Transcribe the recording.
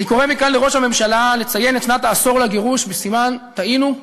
אני קורא לראש הממשלה לציין את שנת העשור לגירוש בסימן: טעינו,